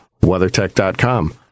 WeatherTech.com